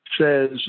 says